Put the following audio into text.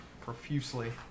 profusely